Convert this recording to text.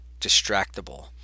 distractible